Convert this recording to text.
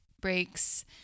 breaks